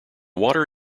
water